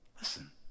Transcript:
listen